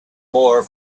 more